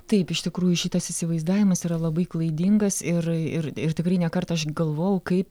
taip iš tikrųjų šitas įsivaizdavimas yra labai klaidingas ir ir ir tikrai ne kartą aš galvojau kaip